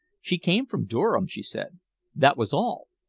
she came from durham, she said that was all.